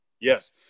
Yes